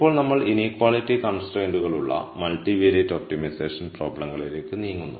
ഇപ്പോൾ നമ്മൾ ഇനീക്വാളിറ്റി കൺസ്ട്രൈയ്ന്റുകളുള്ള മൾട്ടിവേരിയേറ്റ് ഒപ്റ്റിമൈസേഷൻ പ്രോബ്ലങ്ങളിലേക്ക് നീങ്ങുന്നു